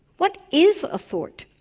what is a thought?